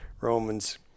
Romans